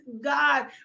God